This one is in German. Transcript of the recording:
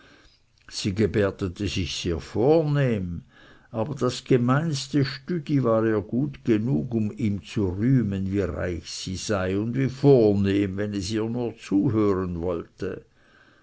sie gebärdete sich sehr vornehm aber das gemeinste stüdi war ihr gut genug um ihm zu rühmen wie reich sie sei und wie vornehm wenn es ihr nur zuhören wollte